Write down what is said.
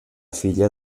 filla